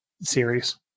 series